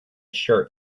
shirt